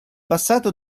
passato